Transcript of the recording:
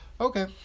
Okay